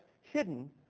hidden